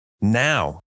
now